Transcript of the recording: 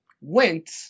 went